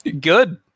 Good